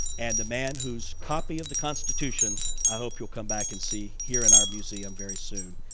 and the man who's copy of the constitution i hope you'll come back and see here in our museum very soon.